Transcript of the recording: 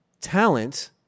talent